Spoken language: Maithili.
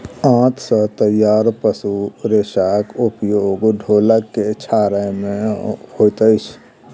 आंत सॅ तैयार पशु रेशाक उपयोग ढोलक के छाड़य मे होइत अछि